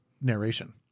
narration